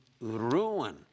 ruin